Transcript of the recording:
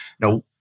Now